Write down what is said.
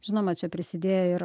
žinoma čia prisidėjo ir